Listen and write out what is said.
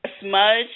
smudge